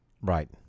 Right